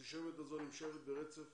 האנטישמיות הזו נמשכת ברצף